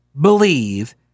believe